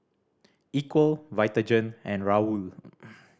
Equal Vitagen and Raoul